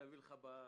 תודה.